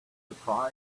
surprised